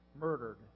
murdered